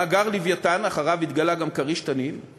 מאגר "לווייתן" אחריו התגלו גם "כריש" "תנין";